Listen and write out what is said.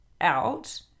out